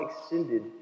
extended